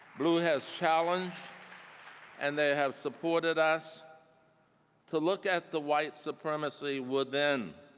bluu has challenged and they have supported us to look at the white supremacy within.